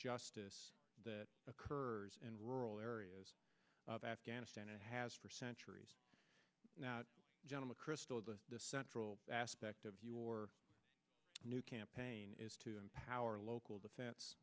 justice that occurs in rural areas of afghanistan it has for centuries now general crystal the central aspect of your new campaign is to empower local